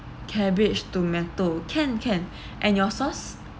cabbage tomato can can and your sauce